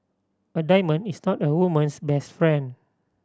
a diamond is not a woman's best friend